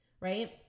right